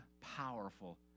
powerful